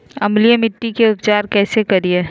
अम्लीय मिट्टी के उपचार कैसे करियाय?